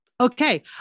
Okay